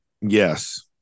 yes